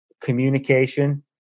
Communication